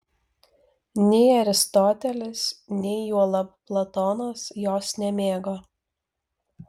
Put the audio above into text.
nei aristotelis nei juolab platonas jos nemėgo